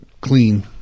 clean